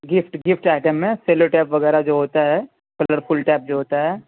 gift gift item میں cello tape وغیرہ جو ہوتا ہے کلر فل ٹیپ جو ہوتا ہے